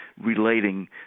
relating